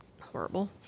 horrible